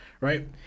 right